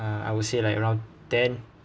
uh I would say like around ten